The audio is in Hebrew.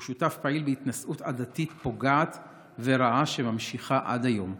הוא שותף פעיל בהתנשאות עדתית פוגעת ורעה שממשיכה עד היום.